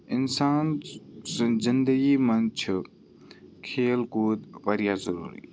اِنسان سٕنٛز زندگی منٛز چھُ کھیل کوٗد واریاہ ضٔروٗری